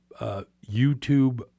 YouTube